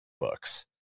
books